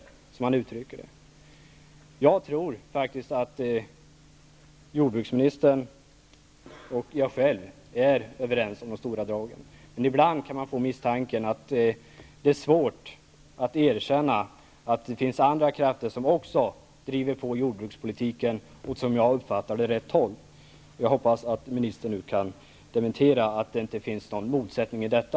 Jag tror faktiskt att jordbruksministern och jag är överens i stora drag, men ibland kan man få misstanken att det är svårt att erkänna att det också finns andra krafter som driver på jordbrukspolitiken åt -- som jag uppfattar det -- rätt håll. Jag hoppas att ministern nu kan deklarera att det inte finns någon motsättning i detta.